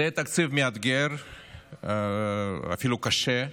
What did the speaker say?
זה תקציב מאתגר ואפילו קשה,